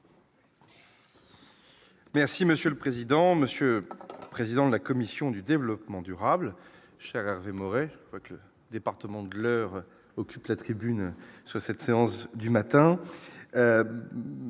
Merci monsieur le président Monsieur, président de la commission du développement durable est mort et que le département de l'Eure occupe la tribune sur cette séance du matin